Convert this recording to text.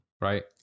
right